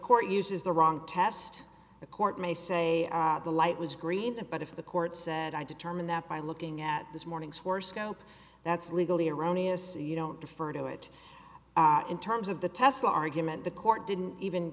court uses the wrong test the court may say the light was green that but if the court said i determine that by looking at this morning's horoscope that's legally erroneous you don't refer to it in terms of the test the argument the court didn't even